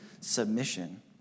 submission